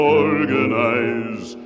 organize